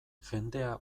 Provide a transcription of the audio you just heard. jendea